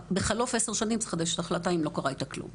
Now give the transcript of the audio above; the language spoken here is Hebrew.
בחלוף עשר שנים צריך לחדש את ההחלטה אם לא קרה איתה כלום.